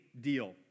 deal